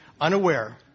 Unaware